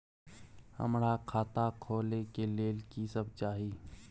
हमरा खाता खोले के लेल की सब चाही?